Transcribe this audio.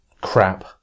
crap